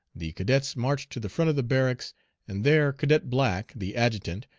the cadets marched to the front of the barracks and there cadet black, the adjutant,